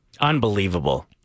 Unbelievable